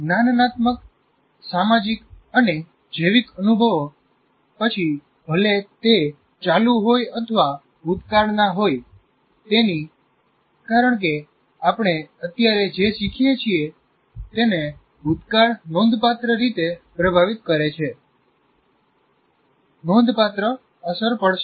જ્ઞાનનાત્મક સામાજિક અને જૈવિક અનુભવો પછી ભલે તે ચાલુ હોય અથવા ભૂતકાળના હોય તેની કારણ કે આપણે અત્યારે જે શીખીએ છીએ તેને ભૂતકાળ નોંધપાત્ર રીતે પ્રભાવિત કરે છે નોંધપાત્ર અસર પડશે